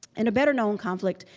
in a better-known conflict,